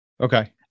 Okay